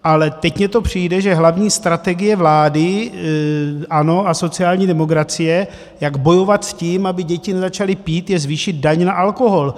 Ale teď mně to přijde, že hlavní strategie vlády ANO a sociální demokracie, jak bojovat s tím, aby děti nezačaly pít, je zvýšit daň na alkohol.